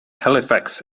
halifax